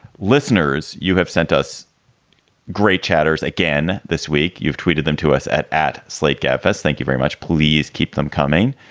listeners, you have sent us great chatter's again this week. you've tweeted them to us at at slate gabfests. thank you very much. please keep them coming.